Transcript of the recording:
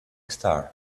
star